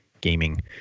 gaming